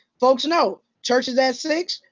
folks know. church is at six